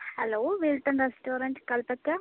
hello Wilton restaurant Kalpetta